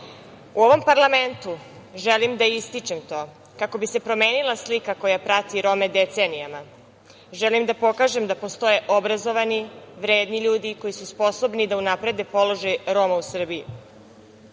U ovom parlamentu želim da ističem to kako bi se promenila slika koja prati Rome decenijama. Želim da pokažem da postoje obrazovani, vredni ljudi, koji su sposobni da unaprede položaj Roma u